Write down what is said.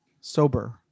sober